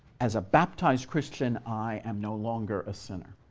as a baptized christian, i am no longer a sinner.